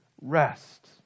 rest